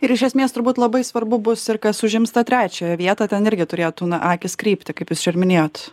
ir iš esmės turbūt labai svarbu bus ir kas užims tą trečiąją vietą ten irgi turėtų na akys krypti kaip jūs čia ir minėjot